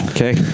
Okay